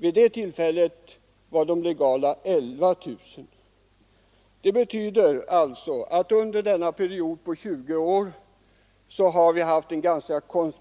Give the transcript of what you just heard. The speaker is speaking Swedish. Vid det tillfället var de legala aborterna ca 11 000. Under denna 20-årsperiod har vi alltså haft